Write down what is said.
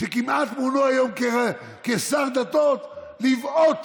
שכמעט מונו היום לשר דתות, לבעוט